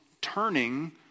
turning